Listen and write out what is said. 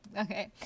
Okay